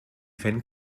fent